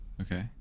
okay